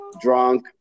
Drunk